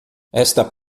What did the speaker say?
esta